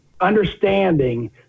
understanding